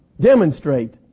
demonstrate